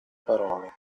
parole